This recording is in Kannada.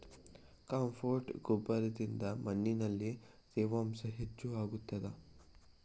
ಕಾಂಪೋಸ್ಟ್ ಗೊಬ್ಬರದಿಂದ ಮಣ್ಣಿನಲ್ಲಿ ತೇವಾಂಶ ಹೆಚ್ಚು ಆಗುತ್ತದಾ?